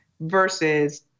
versus